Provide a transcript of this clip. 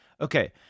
Okay